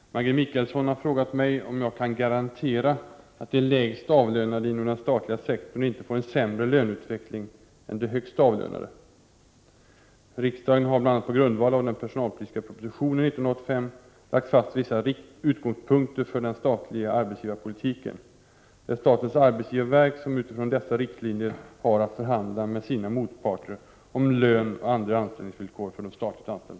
Herr talman! Maggi Mikaelsson har frågat mig om jag kan garantera att de lägst avlönade inom den statliga sektorn inte får en sämre löneutveckling än de högst avlönade. Riksdagen har bl.a. på grundval av den personalpolitiska propositionen Prot. 1988/89:36 1985 lagt fast vissa utgångspunkter för den statliga arbetsgivarpolitiken. Det 1 december 1988 är statens arbetsgivarverk som utifrån dessa riktlinjer har att förhandla med